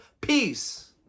peace